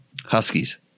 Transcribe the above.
Huskies